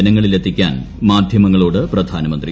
ജനങ്ങളിൽ എത്തിക്കാൻ മാധ്യമങ്ങളോട് പ്രധാനമന്ത്രി